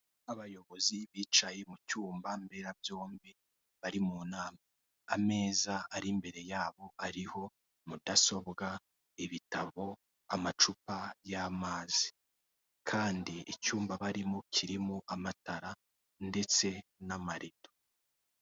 Abayobozi bicaye mu cyumba mberabyombi bari mu nama, ameza ari imbere yabo ariho mudasobwa, ibitabo, amacupa y'amazi, kandi icyumba barimo kirimo amatara ndetse n'amarido.